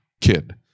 kid